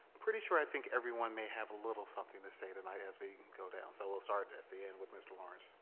pretty sure i think everyone may have a little something to say tonight as we go down so we'll start at the end with mr. lawrence.